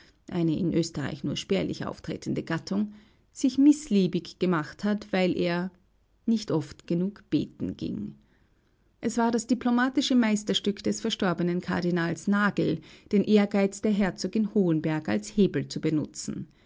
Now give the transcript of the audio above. eine in österreich nur spärlich auftretende gattung sich mißliebig gemacht hat weil er nicht oft genug beten ging es war das diplomatische meisterstück des verstorbenen kardinals nagl den ehrgeiz der herzogin hohenberg als hebel zu benutzen